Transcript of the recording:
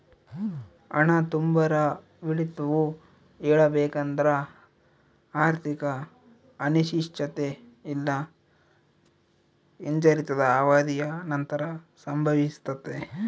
ಹಣದುಬ್ಬರವಿಳಿತವು ಹೇಳಬೇಕೆಂದ್ರ ಆರ್ಥಿಕ ಅನಿಶ್ಚಿತತೆ ಇಲ್ಲಾ ಹಿಂಜರಿತದ ಅವಧಿಯ ನಂತರ ಸಂಭವಿಸ್ತದೆ